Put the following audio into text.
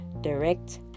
direct